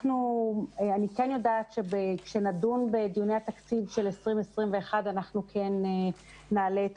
אני כן יודעת שכאשר נדון בדיוני התקציב של 20 21 אנחנו כן נעלה את